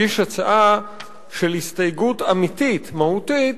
מגיש הצעה של הסתייגות אמיתית, מהותית,